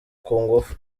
kungufu